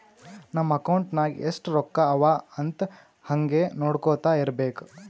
ನಮ್ ಅಕೌಂಟ್ ನಾಗ್ ಎಸ್ಟ್ ರೊಕ್ಕಾ ಅವಾ ಅಂತ್ ಹಂಗೆ ನೊಡ್ಕೊತಾ ಇರ್ಬೇಕ